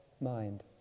mind